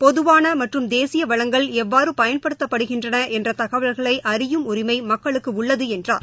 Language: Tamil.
பொதுவான மற்றும் தேசிய வளங்கள் எவ்வாறு பயன்படுத்தப்படுகின்றன என்ற தகவல்களை அறியும் உரிமை மக்களுக்கு உள்ளது என்றார்